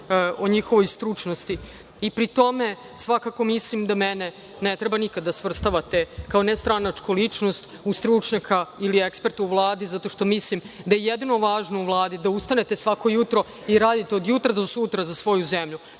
o njihovoj stručnosti i pri tome svakako mislim da mene ne treba nikad da svrstavate kao nestranačku ličnost u stručnjaka ili eksperta u Vladi zato što mislim da je jedino važno u Vladi da ustanete svako jutro i radite od jutra do sutra za svoju zemlju,